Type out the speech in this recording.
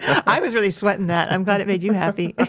i was really sweating that, i'm glad it made you happy